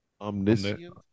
Omniscient